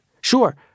Sure